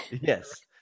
Yes